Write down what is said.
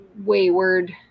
wayward